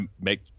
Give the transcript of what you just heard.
make